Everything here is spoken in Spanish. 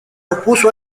opuso